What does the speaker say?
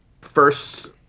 first